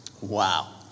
Wow